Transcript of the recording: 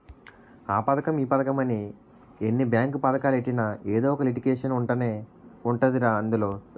ఆ పదకం ఈ పదకమని ఎన్ని బేంకు పదకాలెట్టినా ఎదో ఒక లిటికేషన్ ఉంటనే ఉంటదిరా అందులో